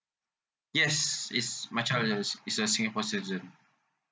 yes is my child is is a singapore citizen